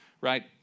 right